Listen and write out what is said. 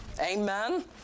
Amen